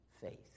faith